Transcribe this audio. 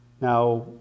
Now